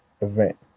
event